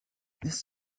this